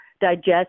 digest